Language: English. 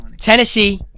Tennessee